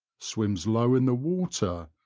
swims low in the water,